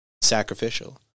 sacrificial